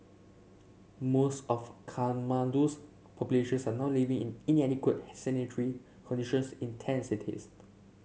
most of Kathmandu's populations are now living in inadequate sanitary conditions in tent cities